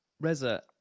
Reza